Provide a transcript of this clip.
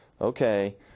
okay